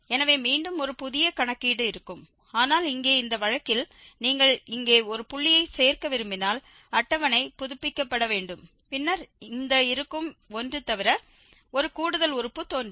எனவே மீண்டும் ஒரு புதிய கணக்கீடு இருக்கும் ஆனால் இங்கே இந்த வழக்கில் நீங்கள் இங்கே ஒரு புள்ளியை சேர்க்க விரும்பினால் அட்டவணை புதுப்பிக்கப்பட வேண்டும் பின்னர் இந்த இருக்கும் ஒன்று தவிர ஒரு கூடுதல் உறுப்பு தோன்றும்